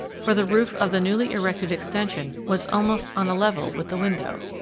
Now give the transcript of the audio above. for the roof of the newly-erected extension was almost on a level with the window.